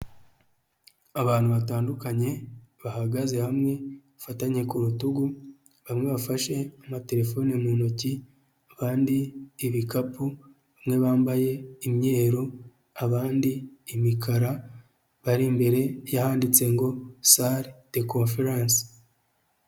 Abantu batandukanye bahagaze hamwe bafatanye ku rutugu bamwe bafashe amaterefone mu ntoki abandi ibikapu, bamwe bambaye imyeru, abandi imikara, bari imbere handitse ngo sale de confrence.